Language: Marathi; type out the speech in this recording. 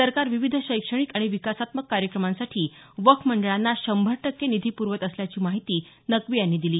सरकार विविध शैक्षणिक आणि विकासात्मक कार्यक्रमांसाठी वक्फ मंडळांना शंभर टक्के निधी प्रवत असल्याची माहिती नक्की यांनी दिली